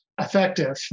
effective